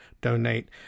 donate